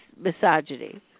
misogyny